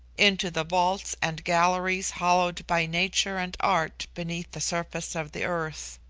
into the vaults and galleries hollowed by nature and art beneath the surface of the earth.